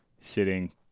sitting